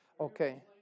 okay